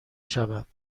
شوند